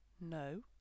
no